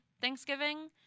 Thanksgiving